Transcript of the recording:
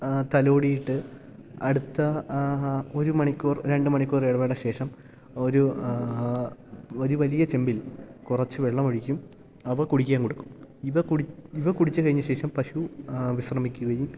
തലോടിയിട്ട് അടുത്ത ഒരു മണിക്കൂർ രണ്ട് മണിക്കൂർ ഇടവേളക്കു ശേഷം ഒരു ഒരു വലിയ ചെമ്പിൽ കുറച്ച് വെള്ളമൊഴിക്കും അവ കുടിക്കാൻ കൊടുക്കും ഇവ കുടി ഇവ കുടിച്ച് കഴിഞ്ഞ ശേഷം പശു വിശ്രമിക്കുകയും